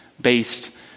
based